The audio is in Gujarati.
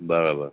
બરાબર